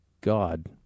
God